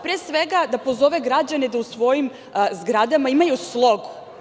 Pre svega, da pozove građane da u svojim zgradama imaju slogu.